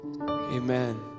Amen